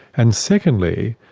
and secondly,